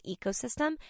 ecosystem